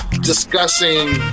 discussing